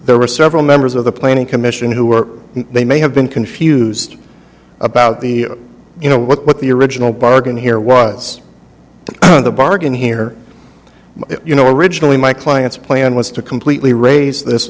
there were several members of the planning commission who were they may have been confused about the you know what the original bargain here was the bargain here you know originally my client's plan was to completely raise this